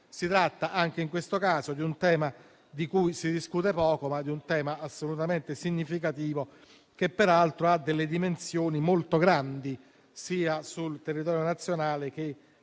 Si tratta anche in questo caso di un tema di cui si discute poco, ma assolutamente significativo, che peraltro ha dimensioni molto grandi sia sul territorio nazionale sia